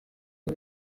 uyu